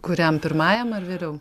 kuriam pirmajam ar vėliau